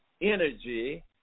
energy